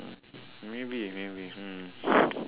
maybe maybe hmm